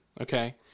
okay